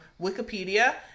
Wikipedia